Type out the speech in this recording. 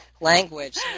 language